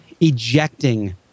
ejecting